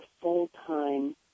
full-time